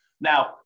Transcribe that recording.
Now